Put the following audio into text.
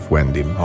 Wendy